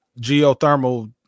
geothermal